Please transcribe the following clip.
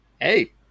Hey